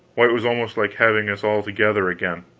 why, it was almost like having us all together again.